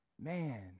man